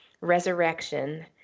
resurrection